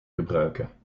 gebruiken